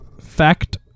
fact